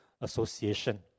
Association